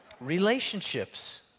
Relationships